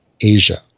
Asia